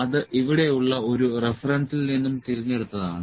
അത് ഇവിടെയുള്ള ഒരു റഫറൻസിൽ നിന്നും തിരഞ്ഞെടുത്തതാണ്